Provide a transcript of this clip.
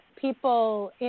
people –